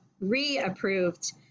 re-approved